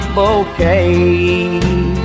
bouquet